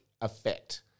effect